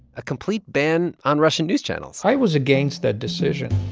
a complete ban on russian news channels i was against that decision.